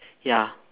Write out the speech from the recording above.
ya